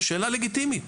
שאלה לגיטימית,